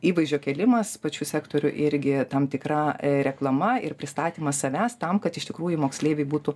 įvaizdžio kėlimas pačių sektorių irgi tam tikra reklama ir pristatymas savęs tam kad iš tikrųjų moksleiviai būtų